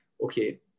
okay